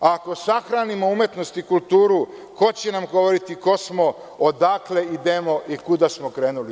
A ako sahranimo umetnost i kulturu, ko će nam govoriti ko smo, odakle idemo i kuda smo krenuli?